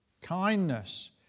kindness